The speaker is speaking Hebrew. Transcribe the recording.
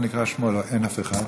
אין אף אחד.